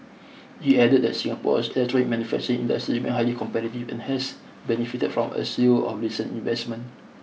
he added that Singapore's electronics manufacturing industry remained highly competitive and has benefited from a slew of recent investments